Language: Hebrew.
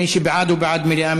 מי שבעד, הוא בעד מליאה.